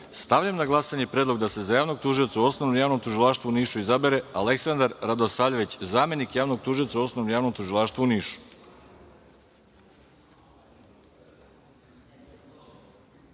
na glasanje predlog da se za javnog tužioca u Osnovnom javnom tužilaštvu u Nišu izabere Aleksandar Radosavljević, zamenik javnog tužioca u Osnovnom javnom tužilaštvu u